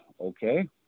okay